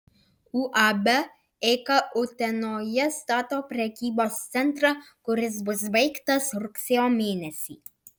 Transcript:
uab eika utenoje stato prekybos centrą kuris bus baigtas rugsėjo mėnesį